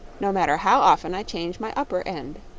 no matter how often i change my upper end.